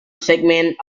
segments